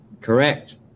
Correct